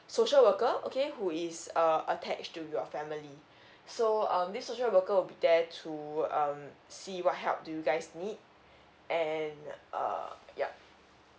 social worker okay who is err attach to your family so um this social worker will be there to um see what help do you guys need and err yup